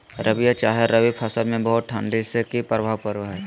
रबिया चाहे रवि फसल में बहुत ठंडी से की प्रभाव पड़ो है?